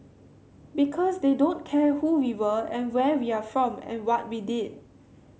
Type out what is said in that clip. because they don't care who we were and where we are from and what we did